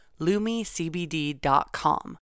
lumicbd.com